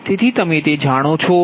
તેથી તમે તે જાણો છો